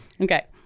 Okay